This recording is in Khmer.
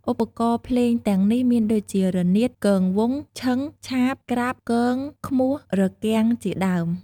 ឧបករណ៍ភ្លេងទាំងនេះមានដូចជា រនាត គងវង់ ឈឹង ឆាប ក្រាប់ គង ឃ្មោះ រគាំងជាដើម។